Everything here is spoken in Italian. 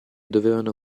dovevano